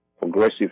progressive